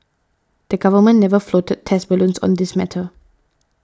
the Government never floated test balloons on this matter